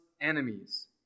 enemies